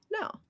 No